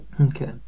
Okay